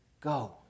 go